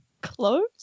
Clothes